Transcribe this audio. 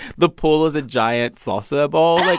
the pool is a giant salsa bowl. like,